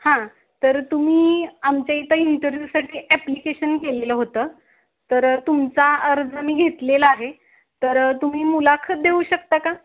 हां तर तुम्ही आमच्या इथं इंटरव्ह्यूसाठी ॲप्लिकेशन केलं होतं तर तुमचा अर्ज मी घेतलेला आहे तर तुम्ही मुलाखत देऊ शकता का